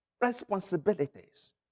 responsibilities